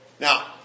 Now